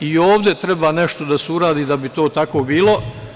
I ovde treba nešto da se uradi da bi to tako bilo.